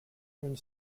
une